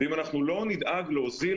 אני לא ארחיב על זה,